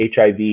HIV